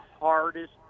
hardest